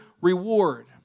reward